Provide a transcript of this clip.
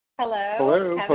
Hello